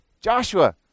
Joshua